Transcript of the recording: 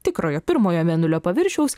tikrojo pirmojo mėnulio paviršiaus